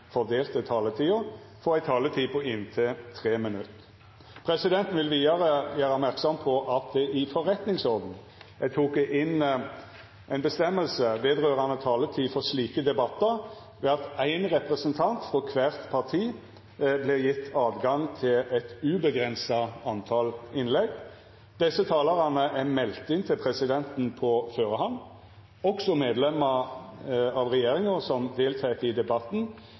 fordelte taletida, får ei taletid på inntil 3 minutt. Presidenten vil vidare gjera merksam på at det i forretningsordenen er teke inn ei føresegn om taletida for slike debattar, ved at ein representant frå kvart parti får høve til eit uavgrensa tal innlegg. Desse talarane er melde inn til presidenten på førehand. Også medlemer av regjeringa som deltek i debatten,